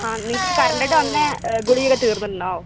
ആ നിങ്ങൾക്ക് കറൻറ്റ് ആയിട്ട് തന്ന ഗുളിക ഒക്കെ തീർന്നിട്ട് ഉണ്ടോ